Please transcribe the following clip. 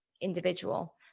individual